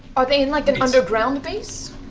are they in like an underground base?